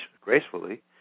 gracefully